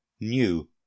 new